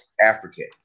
African